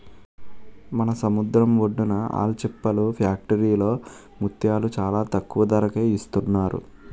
మన సముద్రం ఒడ్డున ఆల్చిప్పల ఫ్యాక్టరీలో ముత్యాలు చాలా తక్కువ ధరకే ఇస్తున్నారు